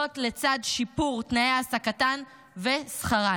לצד שיפור תנאי העסקתן ושכרן.